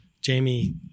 Jamie